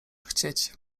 chcieć